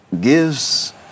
gives